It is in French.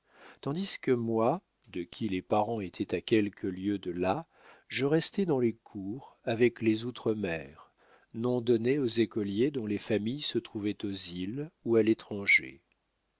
tandis que moi de qui les parents étaient à quelques lieues de là je restais dans les cours avec les outre mer nom donné aux écoliers dont les familles se trouvaient aux îles ou à l'étranger